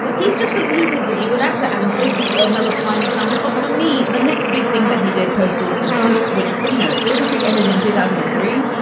but he's just a he's a very good actor. and this is another fine example. but for me, the next big thing that he did post dawson's creek, which is, you know, dawson's creek ended in two thousand and three.